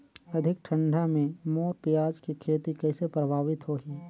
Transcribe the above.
अधिक ठंडा मे मोर पियाज के खेती कइसे प्रभावित होही?